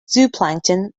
zooplankton